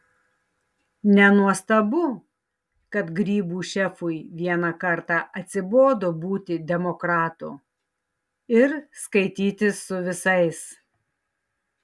nenuostabu kad grybų šefui vieną kartą atsibodo būti demokratu ir skaitytis su visais